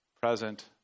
present